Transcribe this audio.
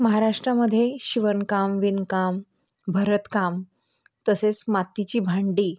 महाराष्ट्रामध्ये शिवणकाम विणकाम भरतकाम तसेच मातीची भांडी